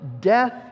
death